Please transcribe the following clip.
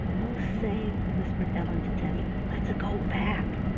oh, say, whispered ellen to teddy, let's go back!